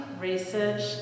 research